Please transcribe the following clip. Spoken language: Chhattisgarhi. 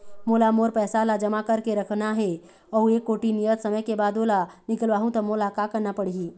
मोला मोर पैसा ला जमा करके रखवाना हे अऊ एक कोठी नियत समय के बाद ओला निकलवा हु ता मोला का करना पड़ही?